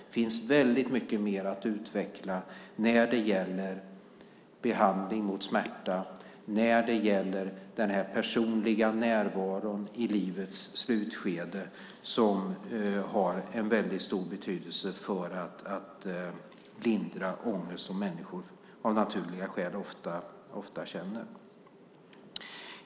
Det finns väldigt mycket mer att utveckla när det gäller behandling mot smärta och när det gäller den personliga närvaron i livets slutskede som har väldigt stor betydelse för att lindra den ångest som människor av naturliga skäl ofta känner.